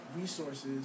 resources